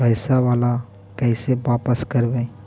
पैसा बाला कैसे बापस करबय?